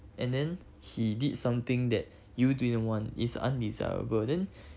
and then he did something that you didn't want is undesirable then